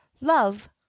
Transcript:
love